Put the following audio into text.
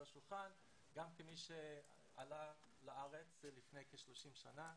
השולחן גם כמי שעלה לארץ לפני כ-30 שנים.